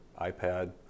iPad